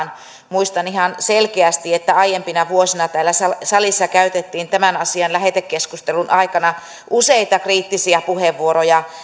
muistan ihan selkeästi että aiempina vuosina täällä salissa käytettiin tämän asian lähetekeskustelun aikana useita kriittisiä puheenvuoroja